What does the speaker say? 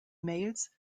mails